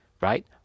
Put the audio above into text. Right